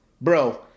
Bro